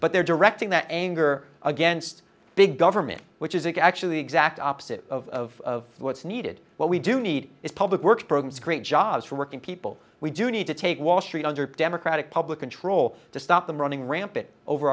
but they're directing that anger against big government which is it actually exact opposite of what's needed what we do need is public works programs create jobs for working people we do need to take wall street under democratic public control to stop them running rampant over